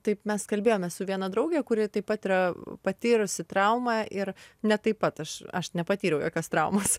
taip mes kalbėjome su viena drauge kuri taip pat yra patyrusi traumą ir ne taip pat aš aš nepatyriau jokios traumos